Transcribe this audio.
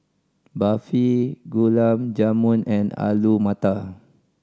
Barfi Gulab Jamun and Alu Matar